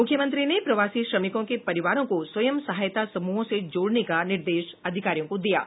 मुख्यमंत्री ने प्रवासी श्रमिकों के परिवारों को स्वयं सहायता समूहों से जोड़ने का निर्देश अधिकारियों को दिया है